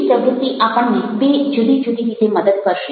બીજી પ્રવૃત્તિ આપણને બે જુદી જુદી રીતે મદદ કરશે